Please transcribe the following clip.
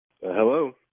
Hello